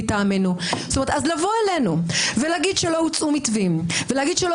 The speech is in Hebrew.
אז לבוא אלינו ולהגיד שלא הוצעו מתווים ולהגיד שלא